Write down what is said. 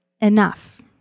enough